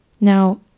Now